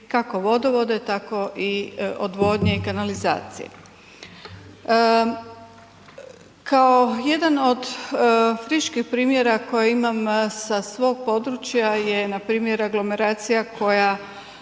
kako vodovode tako i odvodnje i kanalizacije. Kao jedan od friških primjera koje imam sa svog područja je npr. aglomeracija koja